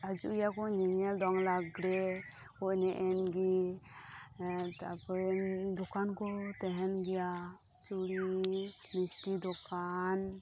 ᱦᱤᱡᱩᱜ ᱜᱮᱭᱟ ᱠᱚᱧᱮᱧᱮᱞ ᱫᱚᱝ ᱞᱟᱜᱽᱲᱮ ᱠᱚ ᱮᱱᱮᱡ ᱮᱱ ᱜᱮ ᱛᱟᱨ ᱯᱚᱨᱮ ᱫᱚᱠᱟᱱ ᱠᱚᱦᱚᱸ ᱛᱟᱦᱮᱱ ᱜᱮᱭᱟ ᱪᱩᱲᱤ ᱢᱤᱥᱴᱤ ᱫᱚᱠᱟᱱ